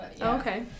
Okay